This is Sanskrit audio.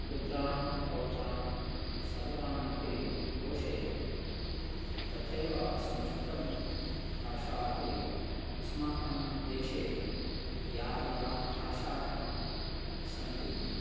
पुत्रान् पौत्रान् सर्वान् अपि पोषयति तथैव संस्कृतं भाषा अपि अस्माकं देशे याः याः भाषाः सन्ति